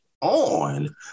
On